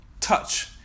Touch